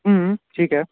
ਠੀਕ ਹੈ